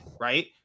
right